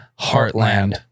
Heartland